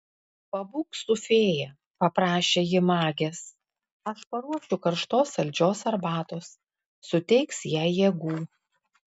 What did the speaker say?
pabūk su fėja paprašė ji magės aš paruošiu karštos saldžios arbatos suteiks jai jėgų